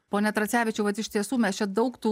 pone tracevičiau vat iš tiesų mes čia daug tų